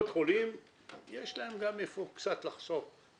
חלק מהסריקות שנעשות היום של סטריפים,